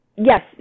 Yes